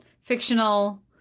fictional